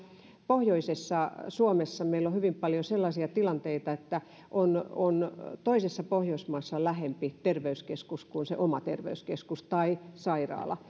pohjoisessa suomessa on hyvin paljon sellaisia tilanteita että toisessa pohjoismaassa on lähempi terveyskeskus kuin se oma terveyskeskus tai sairaala